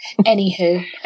Anywho